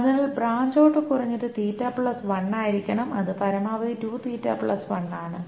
അതിനാൽ branch out കുറഞ്ഞത് ആയിരിക്കണം അത് പരമാവധി ആണ്